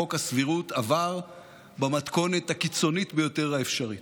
חוק הסבירות עבר במתכונת הקיצונית ביותר האפשרית.